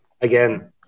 again